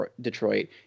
Detroit